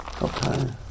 Okay